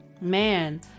man